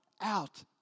out